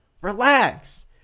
Relax